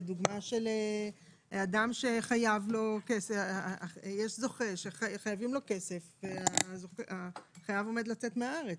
ודוגמה שיש זוכה שחייבים לו כסף והחייב עומד לצאת מהארץ,